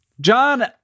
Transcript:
John